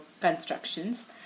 constructions